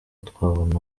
twabona